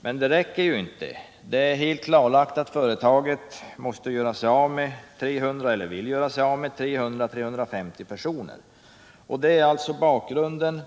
Men detta räcker ju inte! Det är helt klart att företaget ändå måste — eller vill — göra sig av med 300-350 personer. Det är alltså bakgrunden.